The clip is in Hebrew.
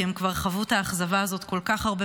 כי הם כבר חוו את האכזבה הזאת כל כך הרבה